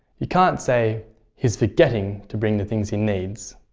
you can't say he's forgetting to bring the things he needs.